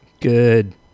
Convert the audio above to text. Good